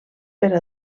per